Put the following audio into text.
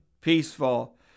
peaceful